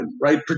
right